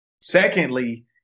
Secondly